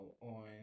on